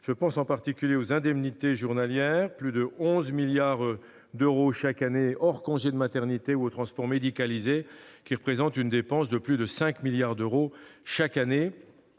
Je pense en particulier aux indemnités journalières, plus de 11 milliards d'euros chaque année hors congés de maternité, ou au transport médicalisé, qui représente une dépense de plus 5 milliards d'euros chaque année.